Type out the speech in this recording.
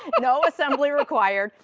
and no assembly required.